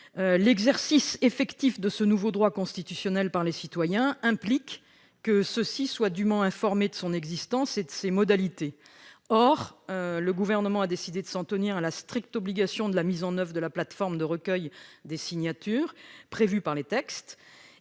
L'exercice effectif de ce nouveau droit constitutionnel par les citoyens implique que ceux-ci soient dûment informés de son existence et de ses modalités. Or le Gouvernement a décidé de s'en tenir à la stricte obligation de la mise en oeuvre de la plateforme de recueil des signatures prévue par les textes.